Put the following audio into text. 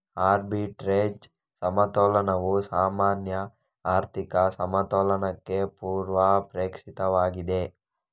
arbitrage ಸಮತೋಲನವು ಸಾಮಾನ್ಯ ಆರ್ಥಿಕ ಸಮತೋಲನಕ್ಕೆ ಪೂರ್ವಾಪೇಕ್ಷಿತವಾಗಿದೆ